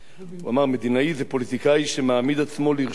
הוא אמר: מדינאי זה פוליטיקאי שמעמיד עצמו לרשות עמו,